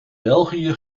belgië